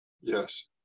Yes